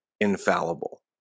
infallible